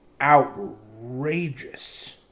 outrageous